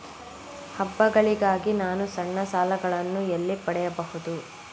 ಹಬ್ಬಗಳಿಗಾಗಿ ನಾನು ಸಣ್ಣ ಸಾಲಗಳನ್ನು ಎಲ್ಲಿ ಪಡೆಯಬಹುದು?